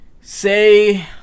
Say